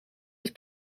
het